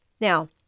Now